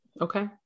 Okay